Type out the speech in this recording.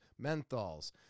menthols